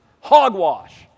hogwash